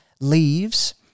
leaves